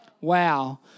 Wow